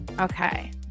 okay